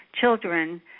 children